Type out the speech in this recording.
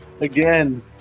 again